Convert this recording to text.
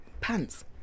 pants